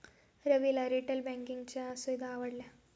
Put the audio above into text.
रविला रिटेल बँकिंगच्या सुविधा आवडल्या